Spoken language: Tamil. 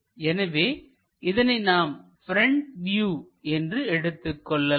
எனவே இதனை நாம் ப்ரெண்ட் வியூ என்று எடுத்துக் கொள்ளலாம்